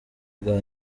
bwa